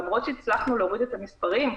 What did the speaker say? למרות שהצלחנו להוריד את המספרים,